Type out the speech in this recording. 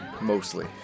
mostly